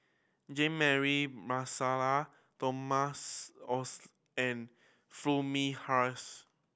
Jean Mary Marsala Thomas Foo Mee Har